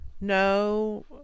No